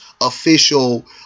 official